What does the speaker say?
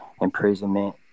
imprisonment